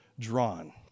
drawn